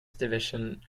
division